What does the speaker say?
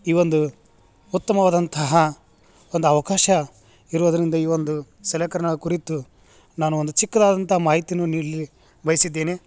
ಈ ಒಂದು ಉತ್ತಮವಾದಂತಹ ಒಂದು ಅವಕಾಶ ಇರೋದರಿಂದ ಈ ಒಂದು ಸಲಕರಣೆಗಳ ಕುರಿತು ನಾನು ಒಂದು ಚಿಕ್ಕದಾದಂಥ ಮಾಹಿತಿನೂ ನೀಡ್ಲು ಬಯಸಿದ್ದೇನೆ